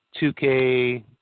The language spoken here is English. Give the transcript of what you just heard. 2K –